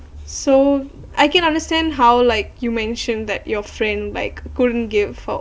so I can understand how like you mentioned that your friend like couldn't give up